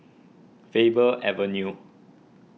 Faber Avenue